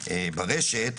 ברשת,